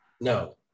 no